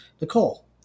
Nicole